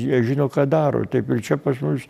jie žino ką daro taip ir čia pas mus